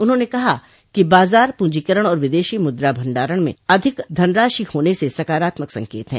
उन्होंने कहा कि बाजार पूंजीकरण और विदेशी मुद्रा भंडार में अधिक धनराशि होने जैसे साकारात्मक संकेत है